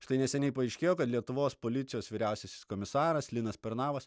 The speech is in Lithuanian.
štai neseniai paaiškėjo kad lietuvos policijos vyriausiasis komisaras linas pernavas